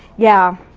yeah,